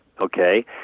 okay